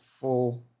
full